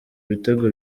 ibitego